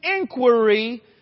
inquiry